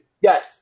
Yes